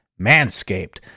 Manscaped